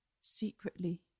secretly